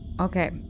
Okay